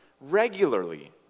regularly